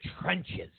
trenches